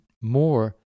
more